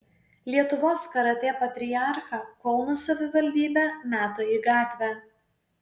lietuvos karatė patriarchą kauno savivaldybė meta į gatvę